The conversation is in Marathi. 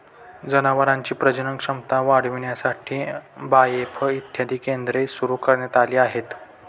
जनावरांची प्रजनन क्षमता वाढविण्यासाठी बाएफ इत्यादी केंद्रे सुरू करण्यात आली आहेत